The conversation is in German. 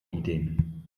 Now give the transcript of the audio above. ideen